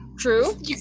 True